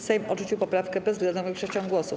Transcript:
Sejm odrzucił poprawkę bezwzględną większością głosów.